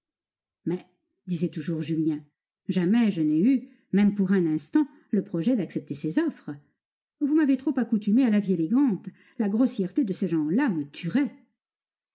mais disait toujours julien jamais je n'ai eu même pour un instant le projet d'accepter ces offres vous m'avez trop accoutumé à la vie élégante la grossièreté de ces gens-là me tuerait